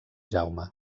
jaume